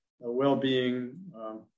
well-being